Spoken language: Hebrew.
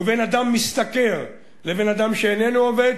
ובין אדם משתכר לבן-אדם שאיננו משתכר,